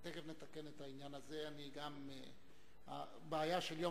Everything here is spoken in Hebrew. תיכף נתקן את העניין הזה, הבעיה של יום